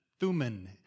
thuman